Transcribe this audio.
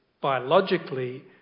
biologically